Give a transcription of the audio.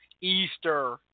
Easter